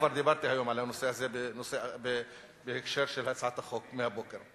כבר דיברתי היום על הנושא הזה בהקשר של הצעת החוק מהבוקר.